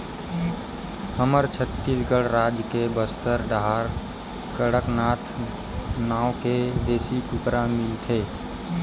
हमर छत्तीसगढ़ राज के बस्तर डाहर कड़कनाथ नाँव के देसी कुकरा मिलथे